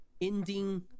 ending